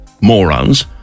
morons